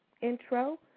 intro